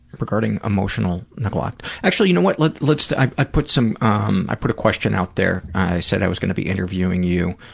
regarding emotional neglect actually, you know what? let's let's i i put some, um i put a question out there, i said i was going to be interviewing you,